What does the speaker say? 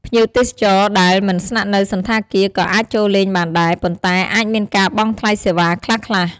ភ្ញៀវទេសចរដែលមិនស្នាក់នៅសណ្ឋាគារ ក៏អាចចូលលេងបានដែរ ប៉ុន្តែអាចមានការបង់ថ្លៃសេវាខ្លះៗ។